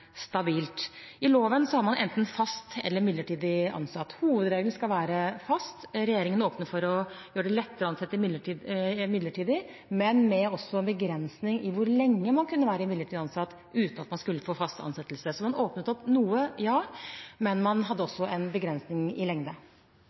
stabilt. I loven har man enten fast eller midlertidig ansatt. Hovedregelen skal være fast ansettelse. Regjeringen åpnet for å gjøre det lettere å ansette midlertidig, men også med begrensning av hvor lenge man kunne være midlertidig ansatt uten at man skulle få fast ansettelse. Så man åpnet opp noe, ja, men man hadde